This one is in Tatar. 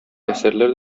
әсәрләр